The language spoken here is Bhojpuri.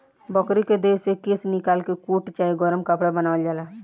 बकरी के देह से केश निकाल के कोट चाहे गरम कपड़ा बनावल जाला